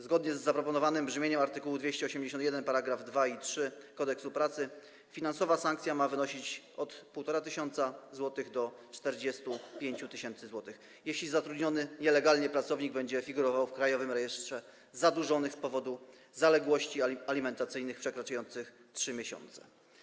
Zgodnie z zaproponowanym brzmieniem art. 281 § 2 i 3 Kodeksu pracy finansowa sankcja ma wynosić od 1,5 tys. zł do 45 tys. zł, jeśli zatrudniony nielegalnie pracownik będzie figurował w Krajowym Rejestrze Zadłużonych z powodu zaległości alimentacyjnych przekraczających 3 miesiące.